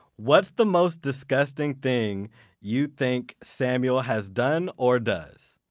what's the most disgusting thing you think samuel has done or does?